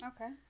okay